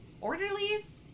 orderlies